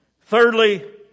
Thirdly